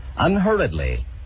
unhurriedly